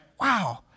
wow